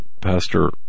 Pastor